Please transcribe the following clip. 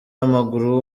w’amaguru